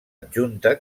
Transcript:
adjunta